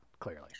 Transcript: clearly